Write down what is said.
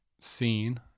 seen